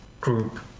group